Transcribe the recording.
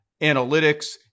analytics